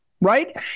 Right